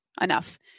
enough